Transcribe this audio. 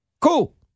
cool